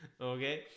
okay